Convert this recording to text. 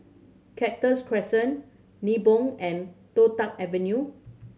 Cactus Crescent Nibong and Toh Tuck Avenue